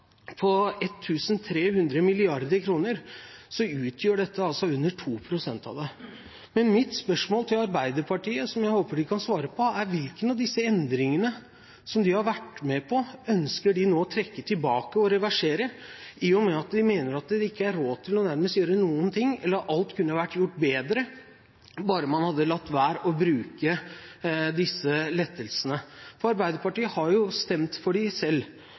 på 1 300 mrd. kr, utgjør dette under 2 pst. av det. Mitt spørsmål til Arbeiderpartiet, som jeg håper de kan svare på, er hvilken av disse endringene som de har vært med på, ønsker de nå å trekke tilbake og reversere, i og med at de mener at det ikke er råd til å gjøre nærmest noen ting, eller at alt kunne vært gjort bedre bare man hadde latt være å bruke disse lettelsene. For Arbeiderpartiet har jo stemt for dem selv.